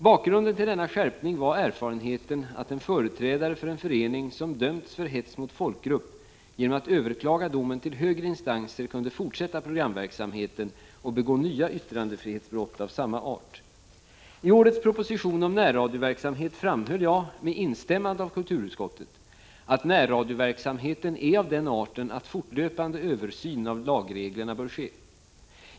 Bakgrunden till denna skärpning var erfarenheten att en företrädare för en förening som dömts för hets mot folkgrupp genom att överklaga domen till högre instanser kunde fortsätta programverksamheten och begå nya yttrandefrihetsbrott av samma art. I årets proposition om närradioverksamhet framhöll jag, med instämmande av kulturutskottet, att närradioverksamheten är av den arten att fortlöpande översyn av lagreglerna bör ske.